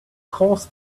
course